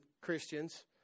Christians